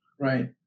Right